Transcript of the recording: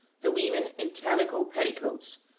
the women in calico petticoats,